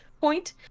point